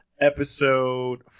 Episode